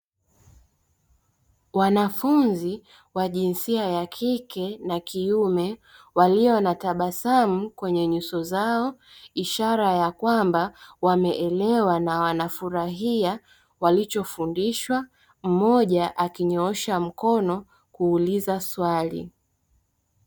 Wanafunzi wa jinsia ya kike na kiume walio na tabasamu kwenye nyuso zao ishara ya kwamba wameelewa na wanafurahia walichofundishwa mmoja akinyoosha mkono kuuliza swali.